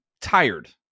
tired